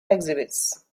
exhibits